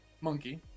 Monkey